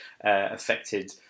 affected